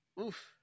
Oof